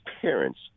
parents